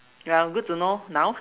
ya good to know now